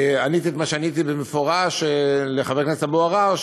עניתי את מה שעניתי במפורש לחבר הכנסת אבו עראר,